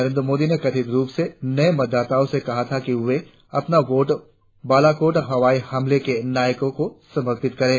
नरेंद्र मोदी ने कथित रुप से नए मतदाताओं से कहा था वे अपना वोट बालाकोट हवाई हमलों के नायकों को समर्पित करें